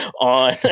on